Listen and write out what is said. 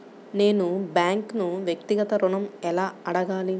నేను బ్యాంక్ను వ్యక్తిగత ఋణం ఎలా అడగాలి?